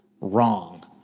wrong